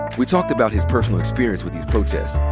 we talked about his personal experience with these protests,